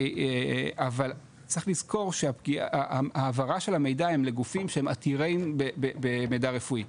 אבל צריך לזכור שההעברה של המידע הם לגופים שהם עתירים במידע רפואי,